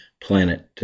planet